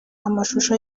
amashusho